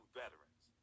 veterans